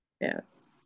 yes